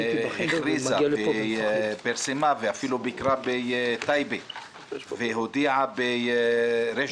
פרסמה ואפילו ביקרה בטייבה והודיעה בריש